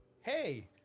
hey